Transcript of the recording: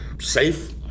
safe